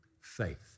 faith